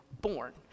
born